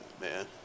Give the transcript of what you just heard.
Man